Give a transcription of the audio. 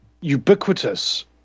ubiquitous